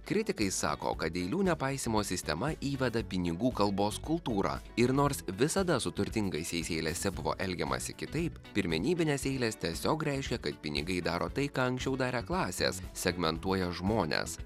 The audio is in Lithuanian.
kritikai sako kad eilių nepaisymo sistema įveda pinigų kalbos kultūrą ir nors visada su turtingaisiais eilėse buvo elgiamasi kitaip pirmenybinės eilės tiesiog reiškia kad pinigai daro tai ką anksčiau darė klasės segmentuoja žmones